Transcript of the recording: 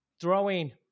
throwing